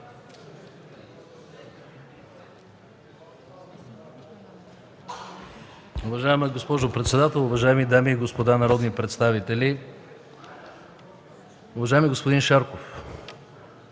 Уважаема госпожо председател, уважаеми дами и господа народни представители! Уважаеми господин Шарков,